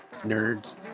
nerds